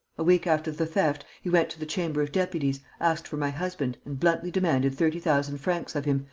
a week after the theft, he went to the chamber of deputies, asked for my husband and bluntly demanded thirty thousand francs of him,